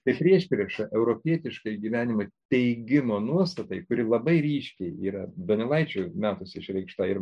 tai priešprieša europietiškai gyvenimo teigimo nuostatai kuri labai ryškiai yra donelaičio metuose išreikšta ir